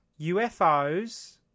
UFOs